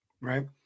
Right